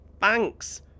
Thanks